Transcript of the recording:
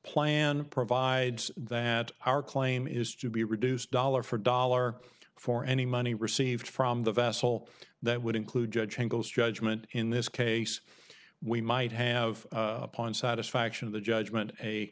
plan provides that our claim is to be reduced dollar for dollar for any money received from the vessel that would include judging those judgment in this case we might have upon satisfaction the judgment a